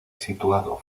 situado